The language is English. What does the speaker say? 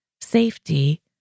safety